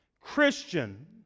Christian